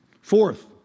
Fourth